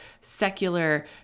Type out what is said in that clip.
secular